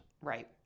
Right